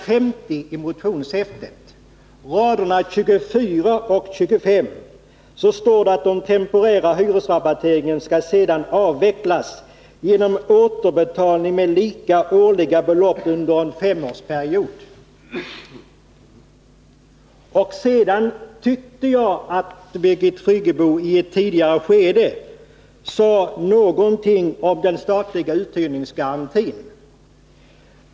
50i motionshäftet, raderna 24 och 25, finner hon att det står att den temporära hyresrabatteringen sedan skall avvecklas genom återbetalning med lika årliga belopp under en femårsperiod. Jag uppfattade att Birgit Friggebo i ett tidigare skede sade någonting om den statliga uthyrningsgarantin.